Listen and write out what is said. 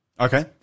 okay